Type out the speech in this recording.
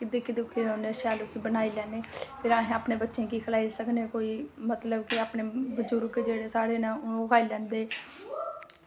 ते दिक्खी दिक्खी उस्सी शैल बनाई लैने फिर अस अपने बच्चें गी खलाई सकने कोई मतलब कि जेह्ड़े बजुर्ग साढ़े न ओह् खाई लैंदे